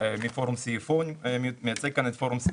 מפורום CFO ומייצג כאן את הפורום.